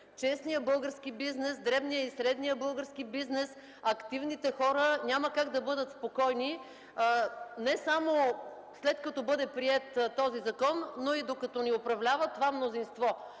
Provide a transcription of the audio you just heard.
честният български бизнес, дребният и среден български бизнес, активните хора няма как да бъдат спокойни не само след като бъде приет този закон, но и докато ни управлява това мнозинство.